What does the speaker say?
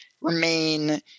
remain